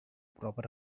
proper